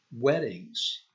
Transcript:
weddings